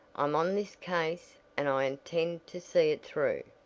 i'm on this case, and i intend to see it through.